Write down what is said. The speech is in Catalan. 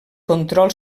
control